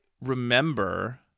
remember